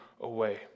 away